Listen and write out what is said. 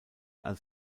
als